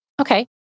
Okay